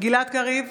גלעד קריב,